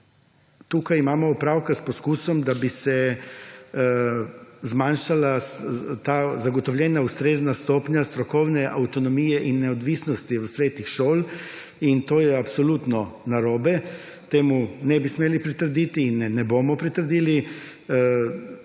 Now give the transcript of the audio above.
tukaj imamo opravka s poskusom, da bi se zmanjšala ta zagotovljena ustrezna stopnja strokovne avtonomije in neodvisnosti v svetih šol, in to je absolutno narobe, temu nebi smeli pritrditi in ne bomo pritrdili.